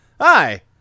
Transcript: Hi